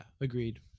agreed